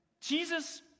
Jesus